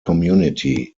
community